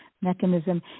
mechanism